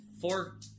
Four